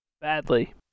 Badly